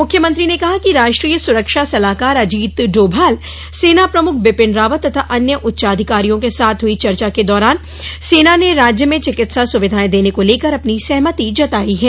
मुख्यमंत्री ने कहा कि राष्ट्रीय सुरक्षा सलाहकार अजीत डोभाल सेना प्रमुख बिपिन रावत तथा अन्य उच्चाधिकारियों के साथ हई चर्चा के दौरान सेना ने राज्य में चिकित्सा सुविधाएं देने को लेकर अपनी सहमति जताई है